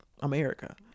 America